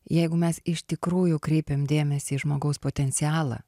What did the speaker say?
jeigu mes iš tikrųjų kreipiam dėmesį į žmogaus potencialą